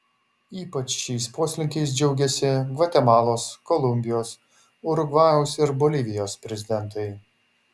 ypač šiais poslinkiais džiaugiasi gvatemalos kolumbijos urugvajaus ir bolivijos prezidentai